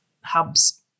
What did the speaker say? hubs